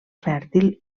fèrtil